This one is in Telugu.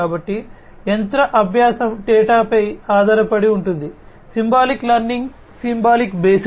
కాబట్టి యంత్ర అభ్యాసం డేటాపై ఆధారపడి ఉంటుంది సింబాలిక్ లెర్నింగ్ సింబల్ బేస్డ్